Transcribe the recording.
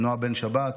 נעה בן שבת,